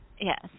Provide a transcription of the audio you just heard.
Yes